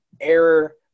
error